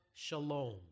Shalom